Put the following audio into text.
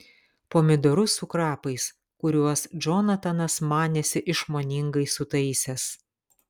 pomidorus su krapais kuriuos džonatanas manėsi išmoningai sutaisęs